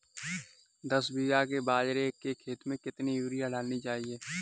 दस बीघा के बाजरे के खेत में कितनी यूरिया डालनी चाहिए?